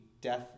death